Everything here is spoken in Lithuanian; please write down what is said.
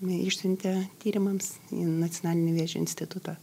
išsiuntė tyrimams į nacionalinį vėžio institutą